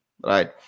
right